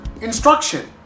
instruction